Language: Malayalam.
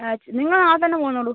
നിങ്ങൾ നാളത്തന്നെ പോകുന്നോളൂ